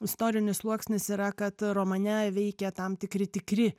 istorinis sluoksnis yra kad romane veikia tam tikri tikri